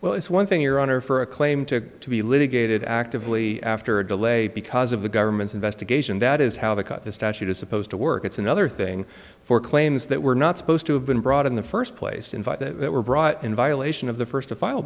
well it's one thing your honor for a claim to be litigated actively after a delay because of the government's investigation that is how the cut the statute is supposed to work it's another thing for claims that were not supposed to have been brought in the first place invite that were brought in violation of the first to file